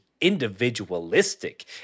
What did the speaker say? individualistic